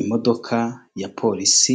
imodoka ya Polisi,